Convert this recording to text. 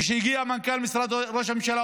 כשהגיע מנכ"ל משרד ראש הממשלה,